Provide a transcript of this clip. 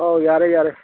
ꯑꯧ ꯌꯥꯔꯦ ꯌꯥꯔꯦ